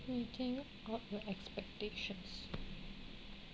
meeting of your expectations